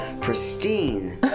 pristine